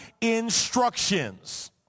instructions